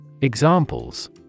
Examples